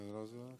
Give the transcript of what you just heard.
הם: